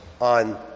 On